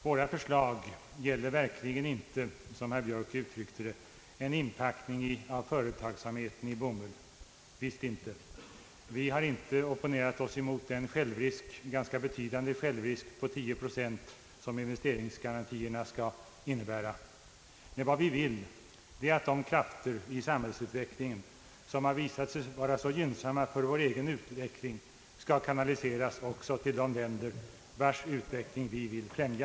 Våra förslag gäller verkligen inte, som herr Björk uttryckte det, en inpackning av företagsamheten i bomull. Vi har t.ex. inte opponerat oss mot den ganska betydande självrisk på 10 procent som investeringsgarantierna skall innebära. Vad vi vill är att de krafter i samhällsutvecklingen som visat sig vara så gynnsamma för vår egen utveckling skall kanaliseras också till de länder vilkas utveckling vi vill främja.